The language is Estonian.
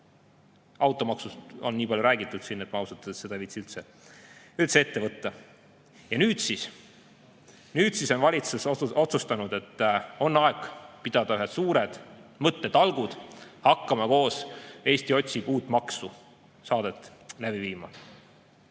Automaksust on nii palju räägitud siin, et ma ausalt öeldes seda ei viitsi üldse ette võtta. Nüüd siis on valitsus otsustanud, et on aeg pidada ühed suured mõttetalgud. Hakkame koos "Eesti otsib uut maksu" saadet läbi viima.